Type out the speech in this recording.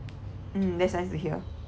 mm that's nice to hear